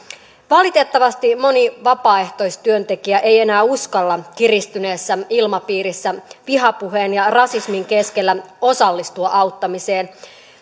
valitettavasti moni vapaaehtoistyöntekijä ei enää uskalla kiristyneessä ilmapiirissä vihapuheen ja rasismin keskellä osallistua auttamiseen